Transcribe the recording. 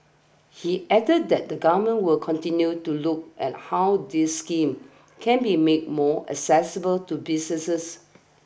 he added that the Government will continue to look at how these schemes can be made more accessible to businesses